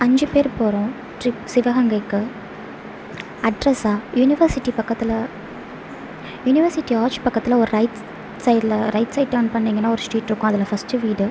அஞ்சு பேர் போகறோம் ட்ரிப் சிவகங்கைக்கு அட்ரெஸ்ஸா யூனிவர்சிட்டி பக்கத்தில் யூனிவர்சிட்டி ஆர்ச் பக்கத்தில் ஒரு ரைட் சைட்டில் ரைட் சைட் டேர்ன் பண்ணிங்கனா ஒரு ஸ்ட்ரீட் இருக்கும் அதில் ஃபர்ஸ்ட்டு வீடு